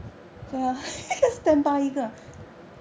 !huh!